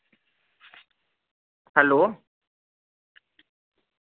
hello